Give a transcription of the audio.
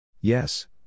Yes